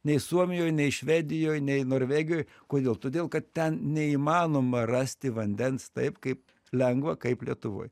nei suomijoj nei švedijoj nei norvegijoj kodėl todėl kad ten neįmanoma rasti vandens taip kaip lengva kaip lietuvoj